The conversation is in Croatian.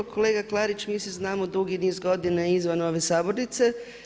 Kolega Klarić, mi se znamo dugi niz godina i izvan ove sabornice.